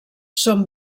són